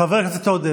חבר הכנסת עודה,